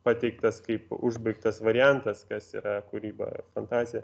pateiktas kaip užbaigtas variantas kas yra kūryba fantazija